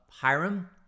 Hiram